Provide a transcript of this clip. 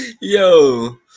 Yo